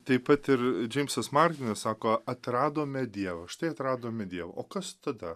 taip pat ir džeimsas martinis sako atradome dievą štai atradome dievą o kas tada